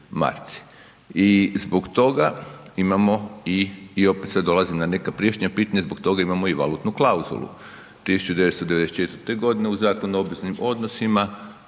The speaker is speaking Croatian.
I zbog toga imamo i, i opet sad dolazim na neka prijašnja pitanja, zbog toga imamo i valutnu klauzulu. 1994. godine u Zakon o obveznim odnosima,